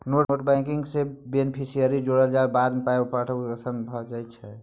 net banking सँ beneficiary जोड़लाक बाद पाय पठायब आसान भऽ जाइत छै